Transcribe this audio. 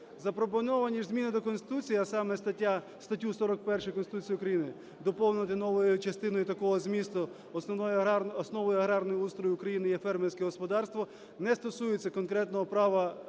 Запропоновані ж зміни до Конституції, а саме статтю 41 Конституції України доповнити новою частиною такого змісту: "Основою аграрного устрою України є фермерське господарство", - не стосується конкретного права